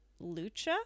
Lucha